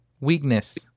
Weakness